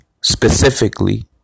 specifically